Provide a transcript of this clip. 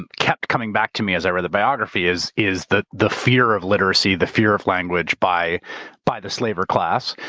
and kept coming back to me, as i read the biography, is is the the fear of literacy, the fear of language by by the slaver class.